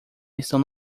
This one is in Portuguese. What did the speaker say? estão